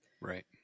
Right